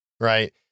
Right